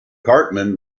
cartman